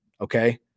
Okay